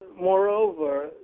Moreover